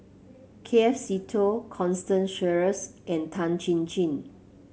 K F Seetoh Constance Sheares and Tan Chin Chin